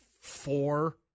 four